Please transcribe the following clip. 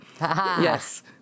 Yes